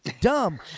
dumb